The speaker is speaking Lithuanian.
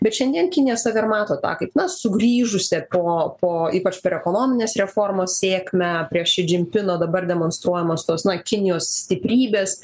bet šiandien kinija save ir mato tą kaip na sugrįžusią po po ypač per ekonominės reformos sėkmę prieš sidžimpino dabar demonstruojamas tas na kinijos stiprybes